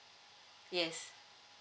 yes